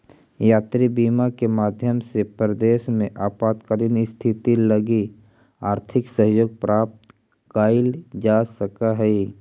यात्री बीमा के माध्यम से परदेस में आपातकालीन स्थिति लगी आर्थिक सहयोग प्राप्त कैइल जा सकऽ हई